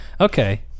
okay